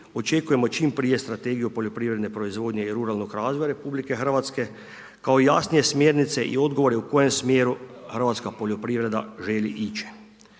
očekujemo čim prije strategiju poljoprivredne proizvodnje i ruralnog razvoja RH, kao jasnije smjernice i odgovore, u kojem smjeru hrvatska poljoprivreda želi ići.